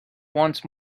once